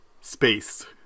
space